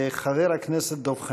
חבר הכנסת דב חנין.